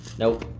nope.